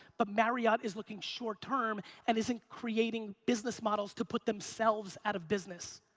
but marriott is looking short term and isn't creating business models to put themselves out of business.